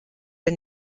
der